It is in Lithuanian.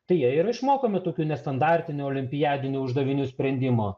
tai jie ir išmokomi tokių nestandartinių olimpiadinių uždavinių sprendimo